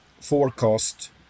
forecast